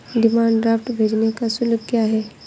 Demand draft भेजने का शुल्क क्या है?